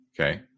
Okay